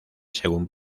según